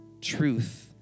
Truth